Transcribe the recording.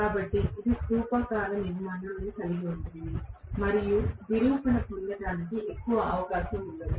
కాబట్టి ఇది స్థూపాకార నిర్మాణాన్ని కలిగి ఉంది మరియు విరూపణ పొందడానికి ఎక్కువ అవకాశం ఉండదు